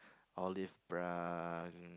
all these brown